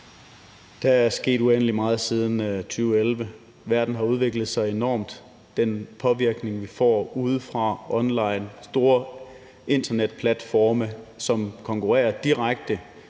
Der er sket uendelig meget siden 2011. Verden har udviklet sig enormt. Den påvirkning, vi får udefra og online, og de store internetplatforme, som konkurrerer direkte